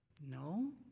No